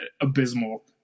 abysmal